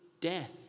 death